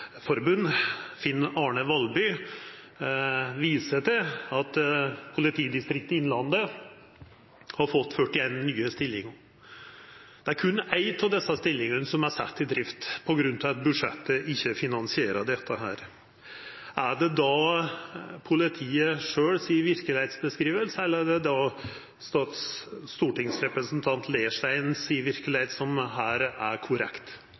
Fellesforbund, Finn Arne Hvalbye, viser til at Innlandet politidistrikt har fått 41 nye stillingar. Men det er berre ei av desse stillingane som er sett i drift, på grunn av at budsjettet ikkje finansierer dette. Er det då politiet si skildring av verkelegheita eller er det stortingsrepresentant Leirstein si skildring av verkelegheita som her er korrekt?